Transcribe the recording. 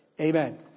Amen